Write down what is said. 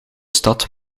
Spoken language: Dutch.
stad